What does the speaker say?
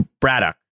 Braddock